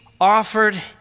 offered